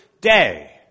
day